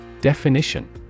Definition